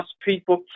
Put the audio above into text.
people